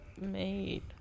made